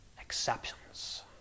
exceptions